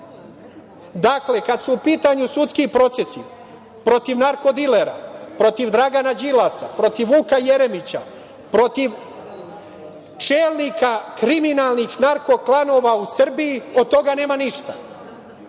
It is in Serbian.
godine. Dakle, kad su u pitanju sudski postupci protiv narko dilera, protiv Dragana Đilasa, protiv Vuka Jeremića, protiv čelnika kriminalnih narko klanova u Srbiji, od toga nema ništa.